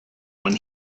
when